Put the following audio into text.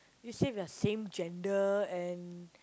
you say you are same gender and